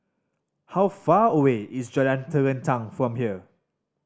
how far away is Jalan Terentang from here